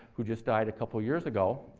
who just died a couple of years ago.